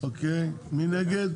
מי נגד?